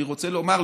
אני רוצה לומר,